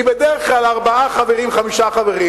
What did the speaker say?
היא בדרך כלל ארבעה-חמישה חברים,